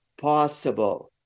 possible